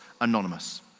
Anonymous